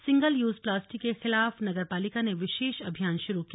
single use plastic के खिलाफ नगर पालिका ने विशेष अभियान शुरू किया